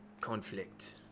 conflict